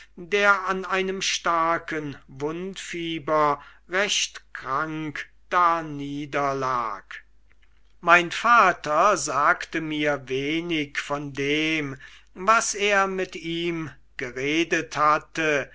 der an einem starken wundfieber recht krank darniederlag mein vater sagte mir wenig von dem was er mit ihm geredet hatte